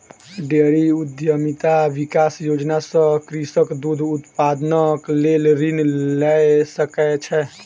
dairy उद्यमिता विकास योजना सॅ कृषक दूध उत्पादनक लेल ऋण लय सकै छै